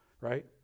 right